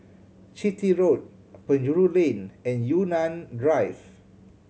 Chitty Road Penjuru Lane and Yunnan Drive